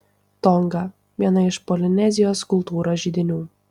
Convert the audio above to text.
tonga viena iš polinezijos kultūros židinių